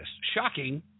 Shocking